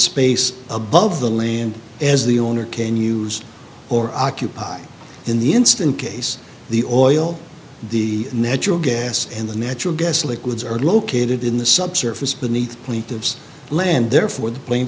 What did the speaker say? space above the land as the owner can use or occupied in the instant case the oil the natural gas and the natural gas liquids are located in the subsurface beneath plenty of land there for the pla